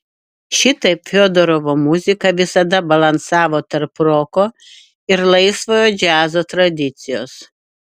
šitaip fiodorovo muzika visada balansavo tarp roko ir laisvojo džiazo tradicijos